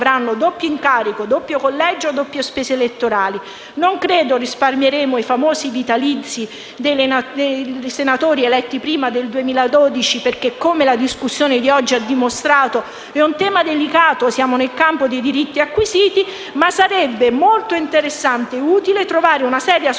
Non credo risparmieremmo i famosi vitalizi dei senatori eletti prima del 2012 perché, come la discussione di oggi ha dimostrato, è un tema delicato, siamo nel campo dei diritti acquisiti ma sarebbe molto interessante e utile trovare una seria soluzione